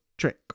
trick